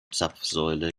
zapfsäule